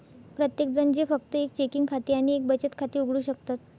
प्रत्येकजण जे फक्त एक चेकिंग खाते आणि एक बचत खाते उघडू शकतात